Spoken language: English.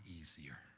easier